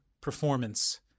performance –